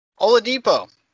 Oladipo